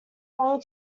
long